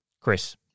Chris